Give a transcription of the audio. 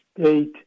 State